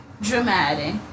dramatic